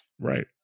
Right